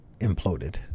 imploded